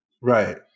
Right